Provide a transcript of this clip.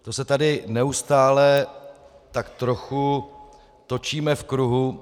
To se tady neustále tak trochu točíme v kruhu.